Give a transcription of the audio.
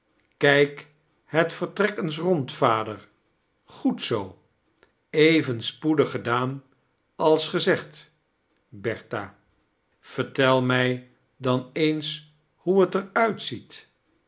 kijk het vertrek eens rond vader goed zoo even spoedig gedaan als gezegd bertha vertel mij dan eens hoe he er uitziet